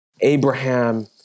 Abraham